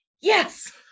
yes